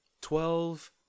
Twelve